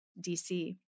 DC